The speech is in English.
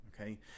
okay